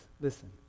listen